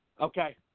Okay